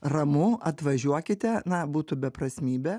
ramu atvažiuokite na būtų beprasmybė